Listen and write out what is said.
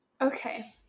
Okay